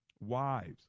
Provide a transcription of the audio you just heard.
Wives